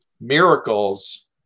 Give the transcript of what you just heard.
Miracles